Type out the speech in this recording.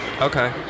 Okay